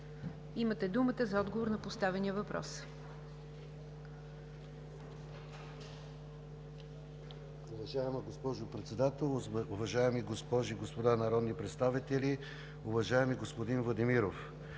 Имате думата за отговор на поставения въпрос.